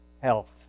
health